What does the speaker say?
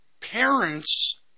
parents